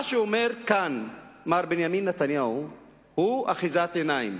מה שאומר כאן מר בנימין נתניהו הוא אחיזת עיניים,